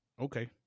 Okay